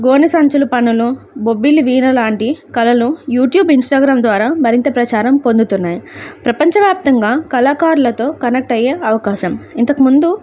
గోనే సంచులు పనులు బొబ్బిలి వీణ లాంటి కళలు యూట్యూబ్ ఇంస్టాగ్రామ్ ద్వారా మరింత ప్రచారం పొందుతున్నాయి ప్రపంచవ్యాప్తంగా కళాకారులతో కనెక్ట్ అయ్యే అవకాశం ఇంతకుముందు